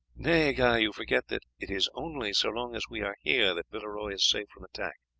nay, guy, you forget that it is only so long as we are here that villeroy is safe from attack.